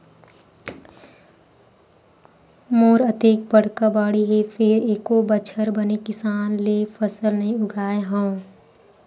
मोर अतेक बड़का बाड़ी हे फेर एको बछर बने किसम ले फसल नइ उगाय हँव